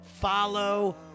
Follow